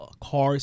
cars